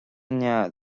nead